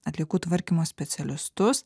atliekų tvarkymo specialistus